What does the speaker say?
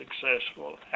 successful